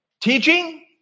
Teaching